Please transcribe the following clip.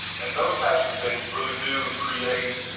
and those types of things really do create,